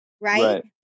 Right